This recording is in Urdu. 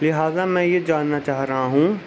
لہٰذا میں یہ جاننا چاہ رہا ہوں